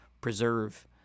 preserve